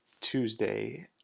Tuesday